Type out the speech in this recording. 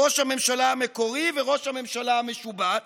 ראש הממשלה המקורי וראש הממשלה המשובט,